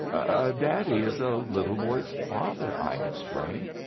a daddy is a little boy's father, i explained.